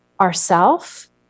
ourself